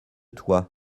toi